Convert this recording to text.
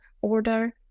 order